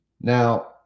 Now